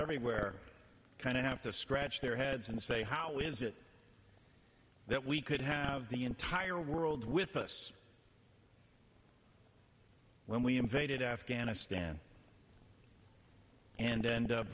everywhere kind of have to scratch their heads and say how is it that we could have the entire world with us when we invaded afghanistan and